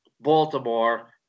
Baltimore –